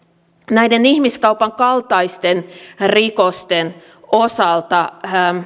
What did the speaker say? näiden ihmiskaupan kaltaisten rikosten osalta